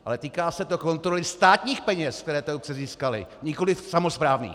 Ale týká se to kontroly státních peněz, které obce získaly, nikoliv samosprávných!